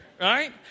right